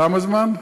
כמה זמן?